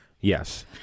Yes